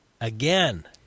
again